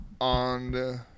on